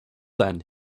then